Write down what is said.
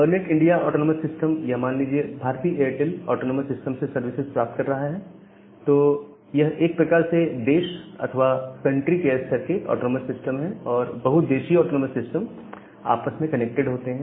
ERNET India autonomous system यह मान लीजिए भारती एयरटेल ऑटोनॉमस सिस्टम से सर्विसेस प्राप्त कर रहा है तो ये एक प्रकार से देश अथवा कंट्री के स्तर के ऑटोनॉमस सिस्टम हैं और बहुदेशीय ऑटोनॉमस सिस्टम्स आपस में कनेक्टेड होते हैं